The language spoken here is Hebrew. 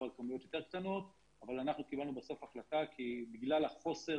על כמויות יותר קטנות אבל אנחנו קיבלנו בסוף החלטה כי בגלל חוסר